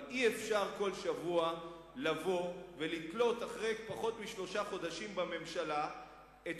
אבל אי-אפשר כל שבוע לבוא ואחרי פחות משלושה חודשים לתלות בממשלה את